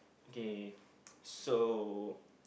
K so